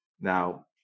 Now